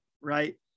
Right